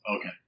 Okay